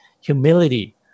humility